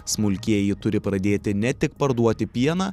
smulkieji turi pradėti ne tik parduoti pieną